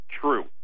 true